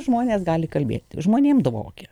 žmonės gali kalbėti žmonėm dvokia